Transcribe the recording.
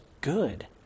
good